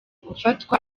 gufatwa